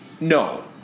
No